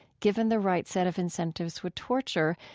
given the right set of incentives, would torture.